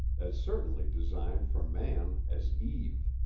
as certainly designed for man as eve.